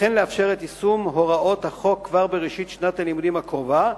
וכן לאפשר את יישום הוראות החוק כבר בראשית שנת הלימודים הקרובה.